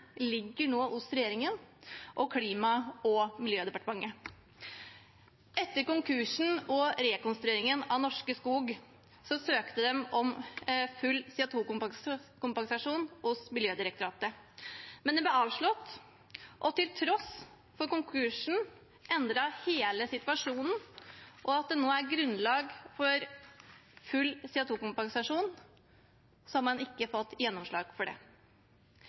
ligger nå hos regjeringen og Klima- og miljødepartementet. Etter konkursen og rekonstrueringen av Norske Skog søkte de Miljødirektoratet om full CO 2 -kompensasjon, men det ble avslått. Og til tross for at konkursen endret hele situasjonen, og at det nå er grunnlag for full CO 2 -kompensasjon, har de ikke fått gjennomslag for det.